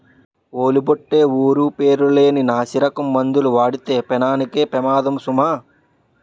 ఓలి బొట్టే ఊరు పేరు లేని నాసిరకం మందులు వాడితే పేనానికే పెమాదము సుమా